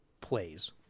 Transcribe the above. plays